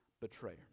betrayer